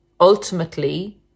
ultimately